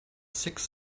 six